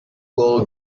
will